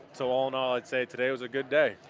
so all in all i'd say today was a good day.